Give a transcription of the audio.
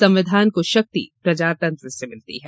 संविधान को शक्ति प्रजातंत्र से मिलती है